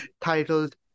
titled